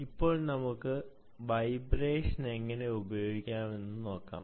ഇപ്പോൾ നമുക്ക് വൈബ്രേഷൻ എങ്ങനെ ഉപയോഗിക്കാമെന്ന് നോക്കാം